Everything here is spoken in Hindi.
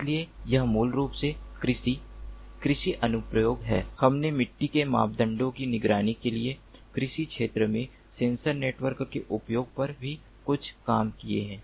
इसलिए यह मूल रूप से कृषि कृषि अनुप्रयोग है हमने मिट्टी के मापदंडों की निगरानी के लिए कृषि क्षेत्र में सेंसर नेटवर्क के उपयोग पर भी कुछ काम किया है